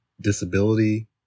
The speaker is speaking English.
disability